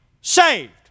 saved